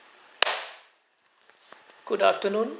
good afternoon